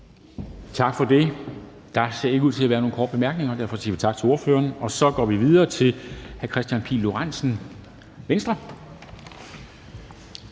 ordføreren. Der ser ikke ud til at være nogen korte bemærkninger, så derfor går vi videre til hr. Kristian Pihl Lorentzen, Venstre.